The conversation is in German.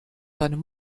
seinem